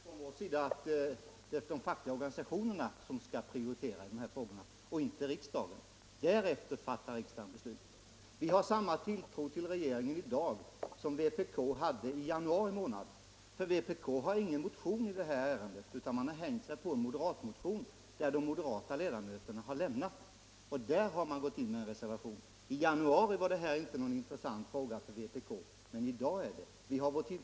Fru talman! Vi tycker ju från vår sida att det är de fackliga organisationerna och inte riksdagen som skall prioritera i de här frågorna. Därefter fattar riksdagen beslut. Vi har samma tilltro till regeringen i dag som vpk hade i januari, för vpk har inte väckt någon motion i detta ärende utan har hängt sig på en moderatmotion och med den som utgångspunkt avgivit en reservation. I januari var det här inte någon intressant fråga för vpk, men i dag är man intresserad av frågan.